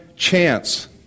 chance